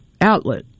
outlet